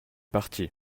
parti